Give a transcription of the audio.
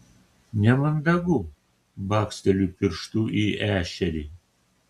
nemandagu baksteliu pirštu į ešerį